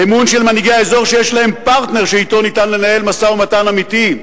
אמון של מנהיגי האזור שיש להם פרטנר שאתו ניתן לנהל משא-ומתן אמיתי,